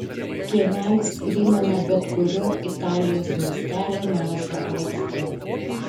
kiemelis primena bet kurio italijos miestelio mažą aikštę